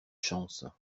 chance